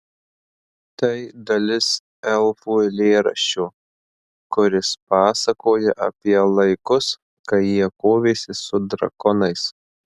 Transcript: tai dalis elfų eilėraščio kuris pasakoja apie laikus kai jie kovėsi su drakonais